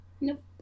Nope